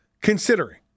considering